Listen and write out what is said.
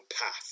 path